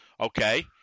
okay